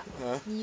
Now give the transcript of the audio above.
ha